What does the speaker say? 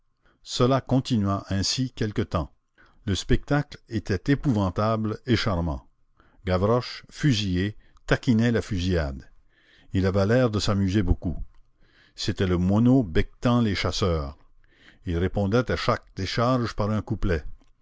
cela continua ainsi quelque temps le spectacle était épouvantable et charmant gavroche fusillé taquinait la fusillade il avait l'air de s'amuser beaucoup c'était le moineau becquetant les chasseurs il répondait à chaque décharge par un couplet